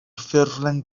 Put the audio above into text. ffurflen